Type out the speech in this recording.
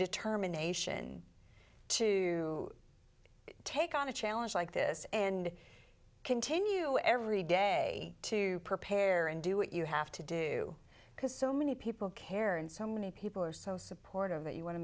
determination to take on a challenge like this and continue every day to prepare and do what you have to do because so many people care and so many people are so supportive that you want to